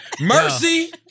Mercy